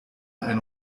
ein